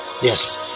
Yes